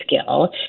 skill